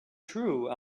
true